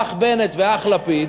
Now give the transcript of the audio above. האח בנט והאח לפיד.